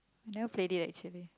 I never played it actually